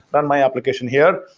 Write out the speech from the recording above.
run my application here.